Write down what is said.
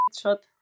shot